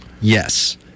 Yes